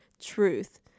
truth